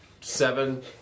seven